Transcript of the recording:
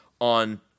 on